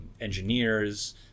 engineers